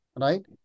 right